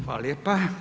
Hvala lijepa.